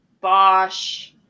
Bosch